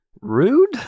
Rude